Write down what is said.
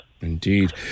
Indeed